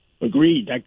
Agreed